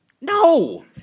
No